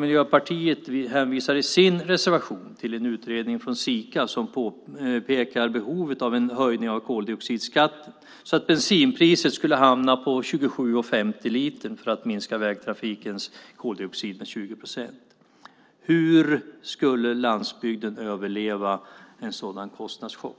Miljöpartiet hänvisar i sin reservation till en utredning från Sika som pekar på behovet av en höjning av koldioxidskatten, så att bensinpriset skulle hamna på 27:50 litern för att minska vägtrafikens koldioxid med 20 procent. Hur skulle landsbygden överleva en sådan kostnadschock?